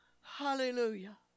hallelujah